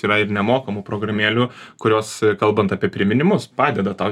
yra ir nemokamų programėlių kurios kalbant apie priminimus padeda tau